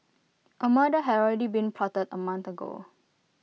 A murder had already been plotted A month ago